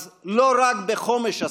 אז לא רק בחומש עסקינן.